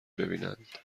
ببینند